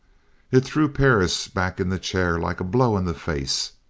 it threw perris back in the chair like a blow in the face.